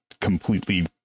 completely